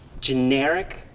generic